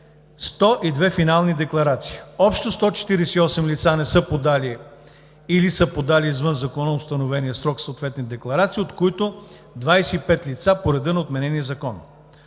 102 финални декларации. Общо 148 лица не са подали или са подали извън законоустановения срок съответните декларации, от които 25 лица по реда на отменения закон.